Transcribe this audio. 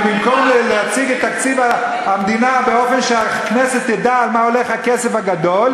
ובמקום להציג את תקציב המדינה באופן שהכנסת תדע על מה הולך הכסף הגדול,